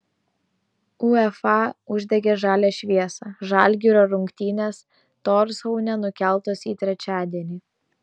uefa uždegė žalią šviesą žalgirio rungtynės torshaune nukeltos į trečiadienį